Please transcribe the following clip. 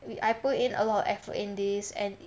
we I put in a lot of effort in this and